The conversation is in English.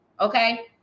okay